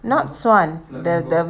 no not swa~ flamingo